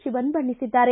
ಶಿವನ್ ಬಣ್ಣಿಸಿದ್ದಾರೆ